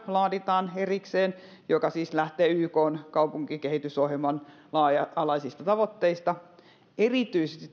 laaditaan erikseen kansallinen kaupunkistrategia joka siis lähtee ykn kaupunkikehitysohjelman laaja alaisista tavoitteista ja erityisesti